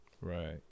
Right